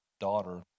daughter